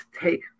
take